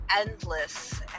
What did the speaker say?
endless